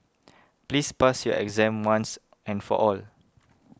please pass your exam once and for all